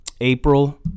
April